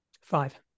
Five